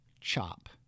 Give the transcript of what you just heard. Chop